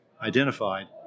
identified